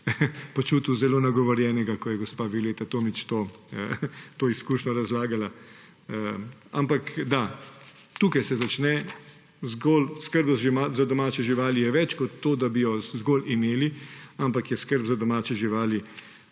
počutil zelo nagovorjenega, ko je gospa Violeta Tomić to izkušnjo razlagala. Da, tukaj se začne. Skrb za domače živali je več kot to, da bi jo zgolj imeli, ampak je skrb za domače živali